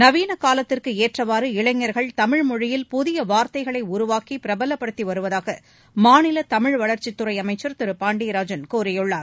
நவீன காலத்திற்கு ஏற்றவாறு இளைஞர்கள் தமிழ்மொழியில் புதிய வார்த்தைகளை உருவாக்கி வருவதாக மாநில தமிழ்வளர்ச்சித்துறை அமைச்சர் திரு பாண்டியராஜன் பிரபலப்படுத்தி கூறியுள்ளார்